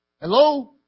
Hello